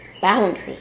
boundaries